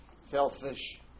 Selfish